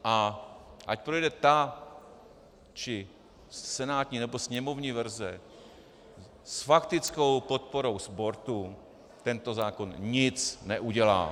A ať projde senátní, nebo sněmovní verze, s faktickou podporou sportu tento zákon nic neudělá.